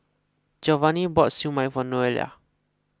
Giovanny bought Siew Mai for Noelia